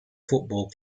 football